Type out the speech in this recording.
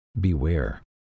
beware